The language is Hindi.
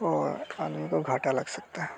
और खाने को घाटा लग सकता है